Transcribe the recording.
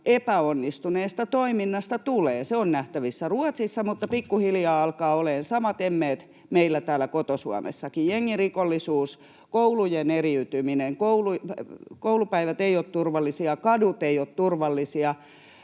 epäonnistuneesta toiminnasta tulee. Se on nähtävissä Ruotsissa, mutta pikkuhiljaa alkaa olemaan samat emmeet meillä täällä koto-Suomessakin: jengirikollisuus, koulujen eriytyminen, koulupäivät eivät ole turvallisia, kadut eivät ole turvallisia,